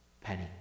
penny